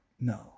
no